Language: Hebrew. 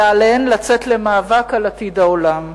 אלא שעליהן לצאת למאבק על עתיד העולם.